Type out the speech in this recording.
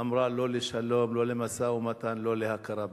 אמרה: לא לשלום, לא למשא-ומתן, לא להכרה בישראל.